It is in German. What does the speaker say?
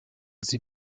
sie